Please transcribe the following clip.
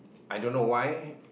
I don't know why